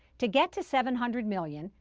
to get to seven hundred million,